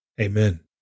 Amen